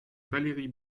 valérie